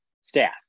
staff